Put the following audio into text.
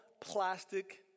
plastic